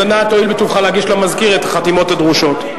אז אנא תואיל בטובך להגיש למזכיר את החתימות הדרושות.